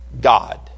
god